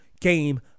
game